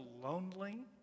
lonely